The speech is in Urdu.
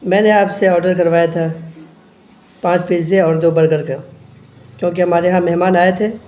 میں نے آپ سے آرڈر کروایا تھا پانچ پزے اور دو بیگرکر کیوں کہ ہمارے یہاں مہمان آئے تھے